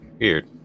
Weird